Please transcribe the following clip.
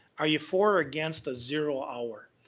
are you for or against a zero hour?